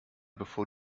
bevor